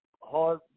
hard